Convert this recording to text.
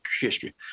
history